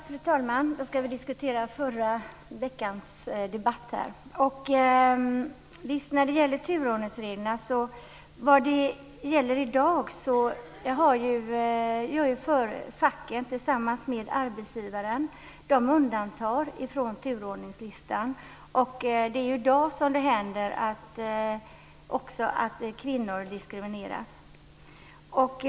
Fru talman! Nu ska vi diskutera förra veckans debatt. I dag är det facket som tillsammans med arbetsgivaren kan göra undantag från turordningsreglerna. Då kan det hända att kvinnor diskrimineras, det vet vi.